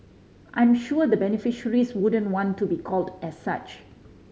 I'm sure the beneficiaries wouldn't want to be called as such